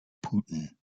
putin